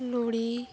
ᱞᱚᱨᱤ